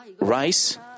rice